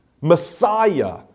Messiah